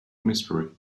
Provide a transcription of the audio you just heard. mystery